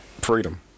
freedom